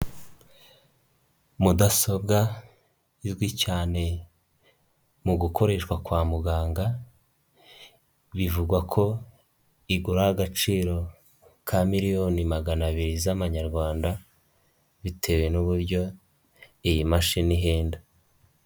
Mudasobwa izwi cyane mu gukoreshwa kwa muganga, bivugwa ko igura agaciro ka miliyoni magana abiri z'Amanyarwanda bitewe n'uburyo iyi mashini ihenda.